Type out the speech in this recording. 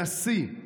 הנשיא,